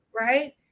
right